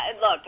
Look